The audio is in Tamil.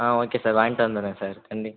ஆ ஓகே சார் வாங்கிகிட்டு வந்துடுறேன் சார் கன்டி